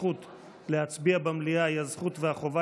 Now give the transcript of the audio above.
הזכות להצביע במליאה היא הזכות והחובה